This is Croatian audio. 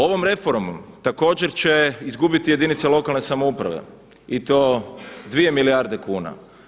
Ovom reformom također će izgubiti jedinice lokalne samouprave i to 2 milijarde kuna.